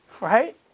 Right